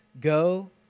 Go